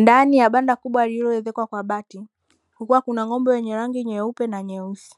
Ndani ya banda kubwa lililoezekwa kwa bati kukiwa kuna ng'ombe wenye rangi nyeupe na nyeusi